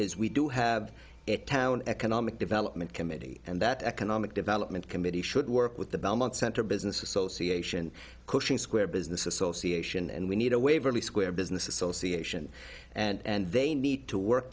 is we do have it town economic development committee and that economic development committee should work with the belmont center business association cushing square business association and we need a waverly square business association and they need to work